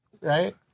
Right